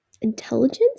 intelligence